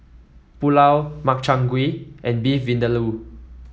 Pulao Makchang Gui and Beef Vindaloo